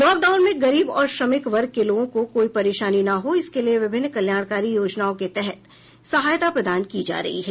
lockdown में गरीब और श्रमिक वर्ग के लोगों को कोई परेशानी न हो इसके लिए विभिन्न कल्याणकारी योजनाओं के तहत सहायता प्रदान की जा रही है